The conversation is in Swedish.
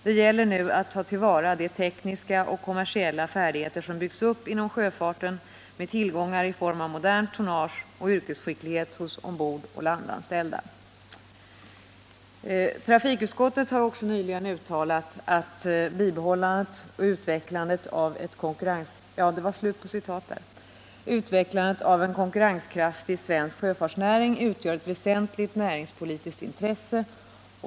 Det gäller nu att ta tillvara de tekniska och kommersiella färdigheter som byggts upp inom sjöfarten med tillgångar i form av modernt tonnage och yrkesskicklighet hos ombordoch landanställda.” Trafikutskottet har också nyligen uttalat att bibehållandet och utvecklandet av en konkurrenskraftig svensk sjöfartsnäring utgör ett väsentligt näringspolitiskt intresse.